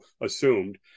assumed